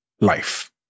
life